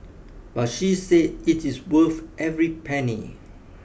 but she said it is worth every penny